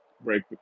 break